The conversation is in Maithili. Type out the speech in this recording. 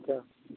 अच्छा